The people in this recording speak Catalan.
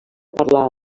parlar